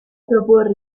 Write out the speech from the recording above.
proporre